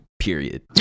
Period